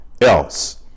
else